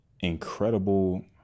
incredible